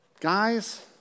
Guys